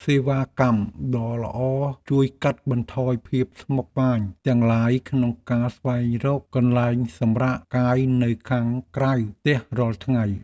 សេវាកម្មដ៏ល្អជួយកាត់បន្ថយភាពស្មុគស្មាញទាំងឡាយក្នុងការស្វែងរកកន្លែងសម្រាកកាយនៅខាងក្រៅផ្ទះរាល់ថ្ងៃ។